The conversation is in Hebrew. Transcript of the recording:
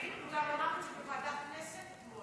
עמית הלוי, הוא גם אמר את זה בוועדת הכנסת אתמול.